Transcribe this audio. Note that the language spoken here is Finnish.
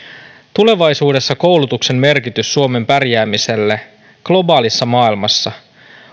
tulevaisuudessa koulutuksen merkitys suomen pärjäämiselle globaalissa maailmassa